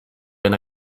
been